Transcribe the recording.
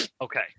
Okay